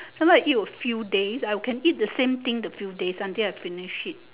sometime I eat a few days I can eat the same thing the few days until I finish it